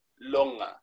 longer